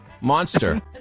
monster